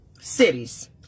cities